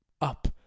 Up